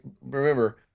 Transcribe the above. remember